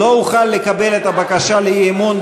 לא אוכל לקבל את הבקשה לאי-אמון.